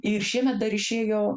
ir šiemet dar išėjo